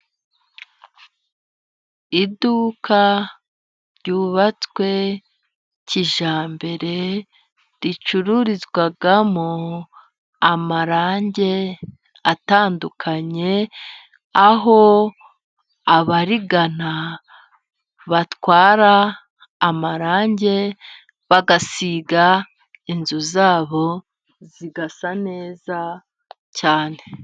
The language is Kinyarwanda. Iduka ryubatswe kijyambere，ricururizwamo amarange atandukanye，aho abarigana batwara amarange，bagasiga inzu zabo zigasa neza cyane.